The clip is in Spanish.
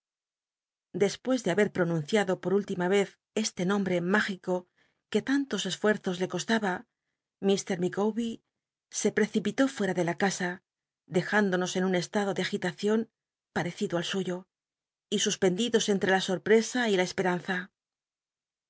despues de haber pronunciado po úllima l'ez este nombre m igico que tantos e fuej los le costaba m lllicawber se precipitó l'ucra de la asa dejtindouos en un estado de agilacion parcddn al suyo y suspendidos entre la sorpresa y la esperanza